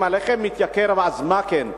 אם הלחם מתייקר, אז מה כן?